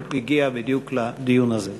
הוא הגיע בדיוק לדיון הזה.